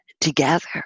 together